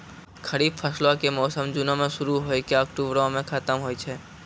खरीफ फसलो के मौसम जूनो मे शुरु होय के अक्टुबरो मे खतम होय छै